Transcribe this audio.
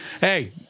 hey